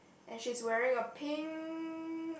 and she's wearing a pink